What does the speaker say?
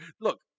Look